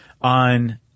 on –